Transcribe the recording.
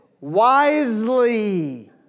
wisely